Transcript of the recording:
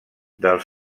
del